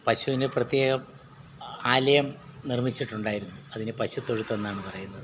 പശുവിന് പ്രത്യേകം ആലയം നിർമ്മിച്ചിട്ടുണ്ടായിരുന്നു അതിന് പശുത്തൊഴുത്തെന്നാണ് പറയുന്നത്